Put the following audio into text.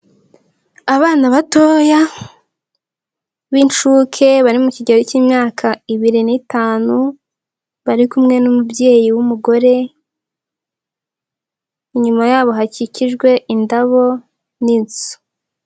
Abana batoya b'incuke bari mu kigero cy'imyaka ibiri n'itanu bari kumwe n'umubyeyi w'umugore, inyuma yabo hakikijwe indabo n'inzu.